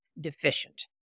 deficient